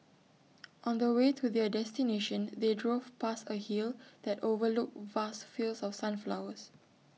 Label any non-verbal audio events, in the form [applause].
[noise] on the way to their destination they drove past A hill that overlooked vast fields of sunflowers